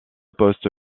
poste